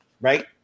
Right